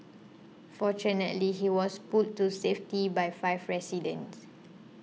fortunately he was pulled to safety by five residents